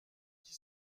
qui